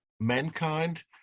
mankind